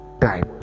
time